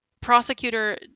Prosecutor